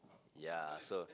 ya so